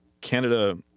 Canada